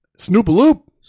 snoopaloop